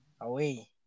away